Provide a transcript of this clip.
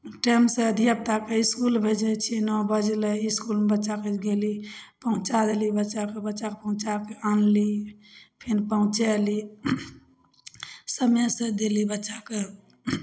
time से धिआपुताके school भेजै छियै ने बजलै इसकुलमे बच्चा फेर गेलै पहुँचा देली बच्चाके बच्चाकऽ पहुँचा के आनली फिन पहुँचएली समय से देली बच्चाके